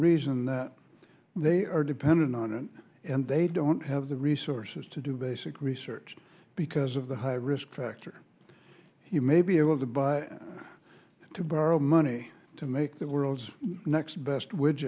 reason that they are dependent on it and they don't have the resources to do basic research because of the high risk factor you may be able to buy to borrow money to make the world's next best